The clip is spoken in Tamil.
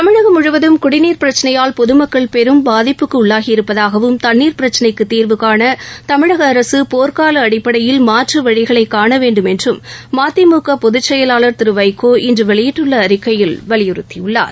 தமிழகம் முழுவதும் குடிநீர் பிரச்சினையால் பொதுமக்கள் பெரும் பாதிப்புக்கு உள்ளாகியிருப்பதாகவும் தண்ணீர் பிரச்சினைக்கு தீர்வுகாண தமிழக அரசு போர்கால அடிப்படையில் மாற்று வழிகளை காண வேண்டும் என்றும் மதிமுக பொதுச்செயலாளர் திரு வைகோ இன்று வெளியிட்டுள்ள அறிக்கையில் வலியுறுத்தியுள்ளார்